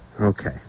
Okay